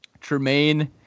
Tremaine